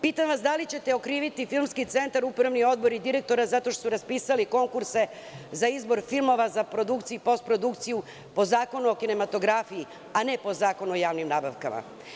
Pitam vas – da li ćete okriviti Filmski centar, upravni odbor i direktora zato što su raspisali konkurse za izbor filmova za produkciju i postprodukciju po Zakonu o kinematografiji, a ne po Zakonu o javnim nabavkama?